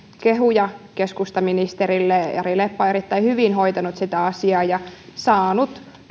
kehuja keskustaministerille jari leppä on erittäin hyvin hoitanut sitä asiaa ja saanut